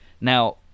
Now